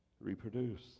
reproduce